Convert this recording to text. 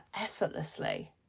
effortlessly